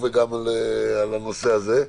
בבקשה.